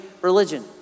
religion